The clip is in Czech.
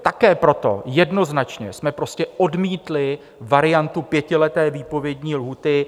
Také proto jednoznačně jsme prostě odmítli variantu pětileté výpovědní lhůty.